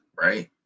right